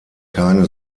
keine